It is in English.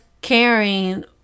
caring